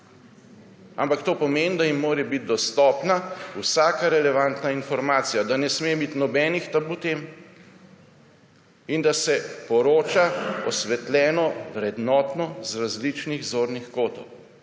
Ampak to pomeni, da jim mora biti dostopna vsaka relevantna informacija, da ne sme biti nobenih tabu tem in da se poroča osvetljeno, vrednotno z različnih zornih kotov.